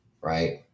right